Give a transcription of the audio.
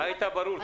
היית ברור.